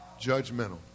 judgmental